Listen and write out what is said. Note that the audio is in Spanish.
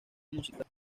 musical